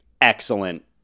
excellent